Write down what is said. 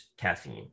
caffeine